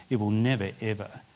it will never ever,